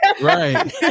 right